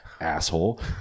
asshole